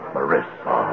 Marissa